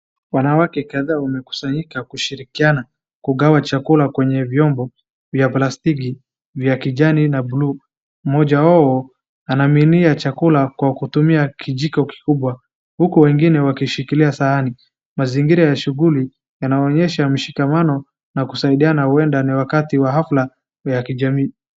Wanawake Kadhaa wamekusanyika kushirikiana kugawa chakula kwenye vyombo vya plastiki vya kijani na bluu. Mmoja wao anaminia chakula kwa kutumia kijiko kikubwa huku wengine wakishikilia sahani. Mazingira ya shughuli yanaonyesha mshikamano na kusaidiana huenda ni wakati wa hafla ya kijamii.